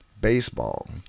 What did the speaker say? baseball